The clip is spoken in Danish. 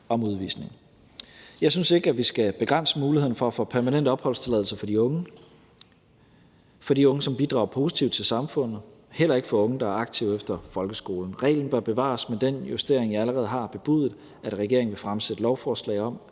Jeg synes ikke, at vi skal begrænse muligheden for at få permanent opholdstilladelse for de unge, som bidrager positivt til samfundet, heller ikke for unge, der er aktive efter folkeskolen. Reglen bør bevares med den justering, jeg har allerede har bebudet at regeringen vil fremsætte lovforslag om: